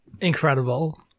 Incredible